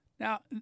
Now